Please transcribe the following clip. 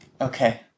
Okay